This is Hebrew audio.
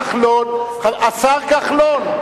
חבר הכנסת כחלון, השר כחלון.